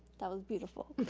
that was beautiful.